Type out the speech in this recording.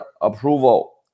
approval